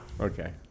Okay